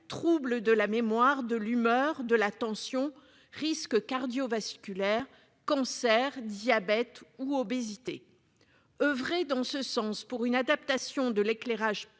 trouble de la mémoire de l'humeur de la tension risque cardiovasculaires, cancers, diabète ou obésité. Oeuvrer dans ce sens pour une adaptation de l'éclairage